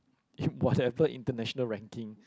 in whatever international ranking